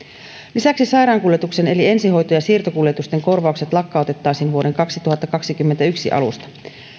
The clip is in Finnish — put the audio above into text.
lisäksi sairaankuljetuksen eli ensihoito ja siirtokuljetusten korvaukset lakkautettaisiin vuoden kaksituhattakaksikymmentäyksi alusta